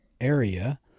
area